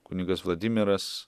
kunigas vladimiras